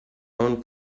own